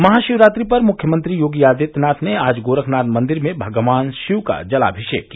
महाशिवरात्रि पर मुख्यमंत्री योगी आदित्यनाथ ने आज गोरखनाथ मंदिर में भगवान शिव का जलामिषेक किया